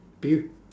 do you